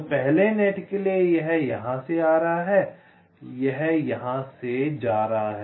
तो पहले नेट के लिए यह यहाँ से आ रहा है यहाँ से जा रहा है